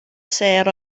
sêr